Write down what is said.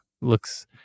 Looks